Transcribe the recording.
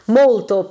molto